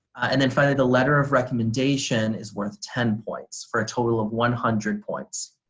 and then finally the letter of recommendation is worth ten points for a total of one hundred points.